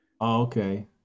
okay